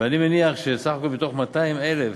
ואני מניח שסך הכול מתוך 200,000